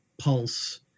pulse